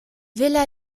villa